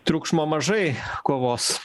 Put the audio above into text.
triukšmo mažai kovos